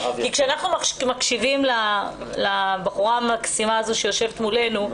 כי כשאנחנו מקשיבים לבחורה המקסימה הזו שיושבת מולנו,